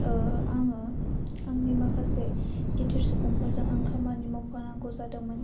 आङो आंनि माखासे गिदिर सुबुंफोरजों आं खामानि मावफानांगौ जादोंमोन